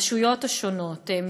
הרשויות השונות,